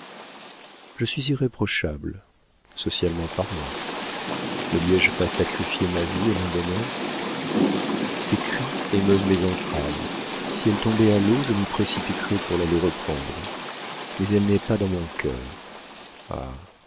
je suis irréprochable socialement parlant ne lui ai-je pas sacrifié ma vie et mon bonheur ses cris émeuvent mes entrailles si elle tombait à l'eau je m'y précipiterais pour l'aller reprendre mais elle n'est pas dans mon cœur